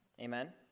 Amen